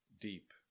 deep